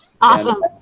Awesome